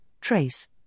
Trace